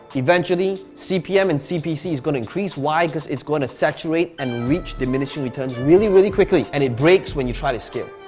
eventually cpm and cpc is gonna increase, why? cause it's gonna saturate and reach diminishing returns really, really quickly. and it breaks when you try to scale.